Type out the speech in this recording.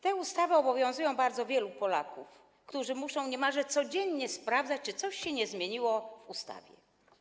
Te ustawy obowiązują bardzo wielu Polaków, którzy muszą niemalże codziennie sprawdzać, czy coś się nie zmieniło w ustawie.